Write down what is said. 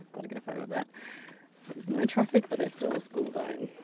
gotta get a photo that, there's no traffic but there's still a school zone.